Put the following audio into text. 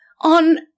on